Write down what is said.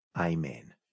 Amen